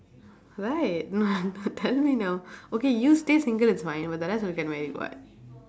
right tell me now okay you stay single it's fine but the rest will get married [what]